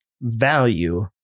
value